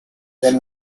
than